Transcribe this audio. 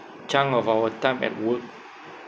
chunk of our time at work